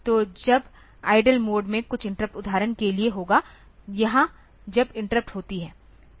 तो जब idle mode में कुछ इंटरप्ट उदाहरण के लिए होगा यहाँ जब इंटरप्ट होती है